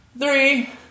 three